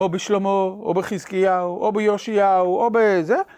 או בשלמה, או בחזקיהו, או ביאשיהו, או בזה...